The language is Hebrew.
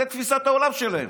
זו תפיסת העולם שלהם,